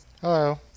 Hello